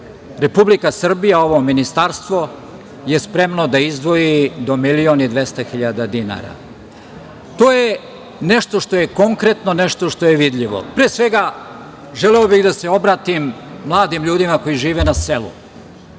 Srbija, ovo Ministarstvo je spremno da izdvoji do 1.200.000 dinara. To je nešto što je konkretno, nešto što je vidljivo, pre svega, želeo bi da se obratim mladim ljudima koji žive na selu.